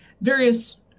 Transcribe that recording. various